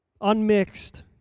unmixed